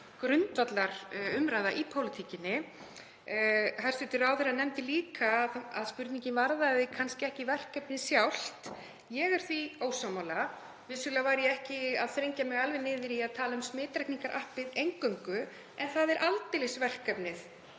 grundvallarumræða í pólitíkinni. Hæstv. ráðherra nefndi líka að spurningin varðaði kannski ekki verkefnið sjálft. Ég er því ósammála. Vissulega var ég ekki að þrengja mig alveg niður í að tala um smitrakningarappið eingöngu, en það er aldeilis verkefnið